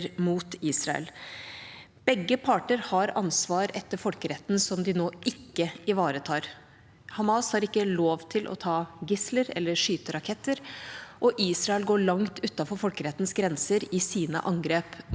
Begge parter har ansvar etter folkeretten som de nå ikke ivaretar. Hamas har ikke lov til å ta gisler eller skyte raketter. Israel går langt utenfor folkerettens grenser i sine angrep mot Hamas